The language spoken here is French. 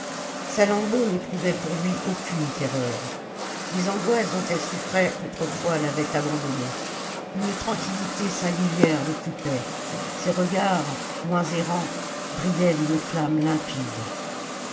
salammbô n'éprouvait pour lui aucune terreur les angoisses dont elle souffrait autrefois l'avaient abandonnée une tranquillité singulière l'occupait ses regards moms errants brillaient d'une flamme limpide